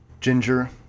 Ginger